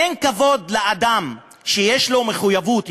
אין כבוד לאדם שיש לו מחויבות,